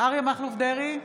אריה מכלוף דרעי,